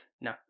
No